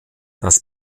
das